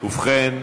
ובכן,